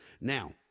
Now